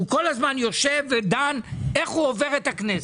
הוא כל הזמן יושב ודן איך הוא עובר את הכנסת.